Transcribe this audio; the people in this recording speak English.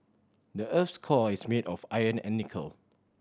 the earth's core is made of iron and nickel